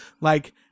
like-